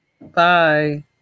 Bye